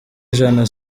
ijana